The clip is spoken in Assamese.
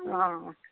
অ